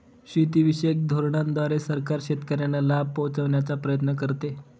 शेतीविषयक धोरणांद्वारे सरकार शेतकऱ्यांना लाभ पोहचवण्याचा प्रयत्न करते